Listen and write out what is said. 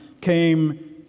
came